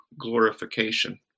glorification